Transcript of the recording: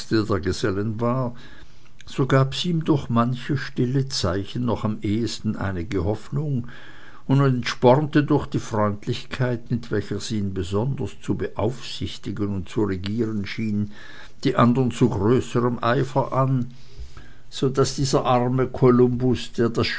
gesellen war so gab sie ihm durch manche stille zeichen noch am ehesten einige hoffnung und spornte durch die freundlichkeit mit welcher sie ihn besonders zu beaufsichtigen und zu regieren schien die anderen zu größerm eifer an so daß dieser arme kolumbus der